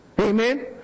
amen